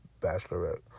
Bachelorette